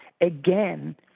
Again